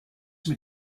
mit